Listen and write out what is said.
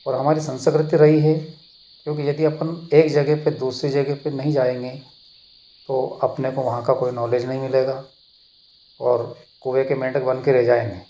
और हमारी संस्कृति रही है क्योंकि यदि अपन एक जगह पे दूसरी जगह पे नहीं जाएँगे तो अपने को वहाँ का कोई नॉलेज नहीं मिलेगा और कुएँ के मेढ़क बन के रह जाएँगे